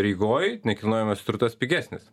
rygoj nekilnojamas turtas pigesnis